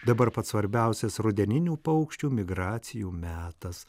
dabar pats svarbiausias rudeninių paukščių migracijų metas